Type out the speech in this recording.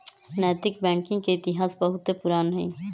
नैतिक बैंकिंग के इतिहास बहुते पुरान हइ